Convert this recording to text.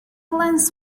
lens